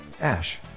Ash